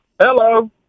Hello